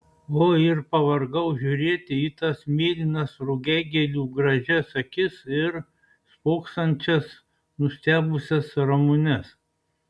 o ir pavargau žiūrėti į tas mėlynas rugiagėlių gražias akis ir spoksančias nustebusias ramunes